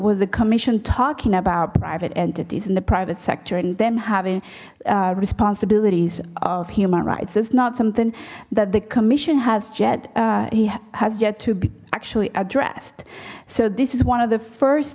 was the commission talking about private entities in the private sector and then having responsibilities of human rights it's not something that the commission has said he has yet to be actually addressed so this is one of the first